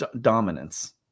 dominance